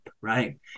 Right